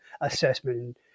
assessment